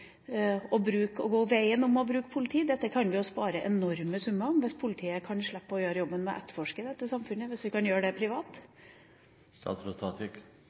å gå veien om å bruke politi? Vi kan jo spare enorme summer på dette hvis politiet kan slippe å gjøre jobben med å etterforske i dette samfunnet – hvis vi kan gjøre dette privat.